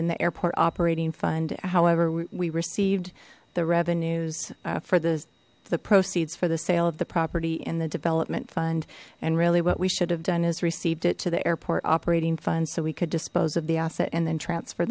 in the airport operating fund however we received the revenues for the the proceeds for the sale of the property in the development fund and really what we should have done is received it to the airport operating funds so we could dispose of the asset and then transfer